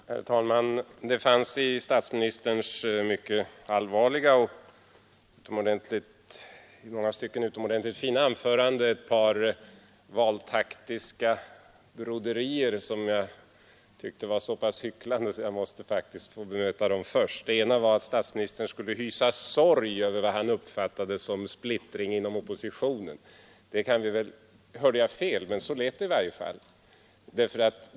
Herr talman! Det fanns i statsministerns mycket allvarliga och i många stycken utomordentligt fina anförande ett par valtaktiska broderier, som jag tyckte var så pass hycklande att jag måste bemöta dem först. Det ena var att statsministern skulle hysa sorg över vad han uppfattade som splittring inom oppositionen. — Hörde jag fel? Så lät det i varje fall.